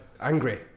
angry